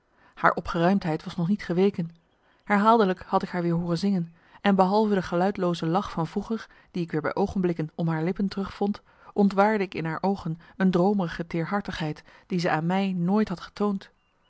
haar opgeruimdheid was nog niet geweken herhaaldelijk had ik haar weer hooren zingen en behalve de geluidlooze lach van vroeger die ik weer bij oogenblikken om haar lippen terug vond ontwaarde ik in haar oogen een droomerige teerhartigheid die ze aan mij nooit had getoond